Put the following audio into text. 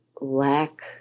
lack